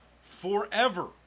forever